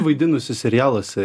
vaidinusi serialuose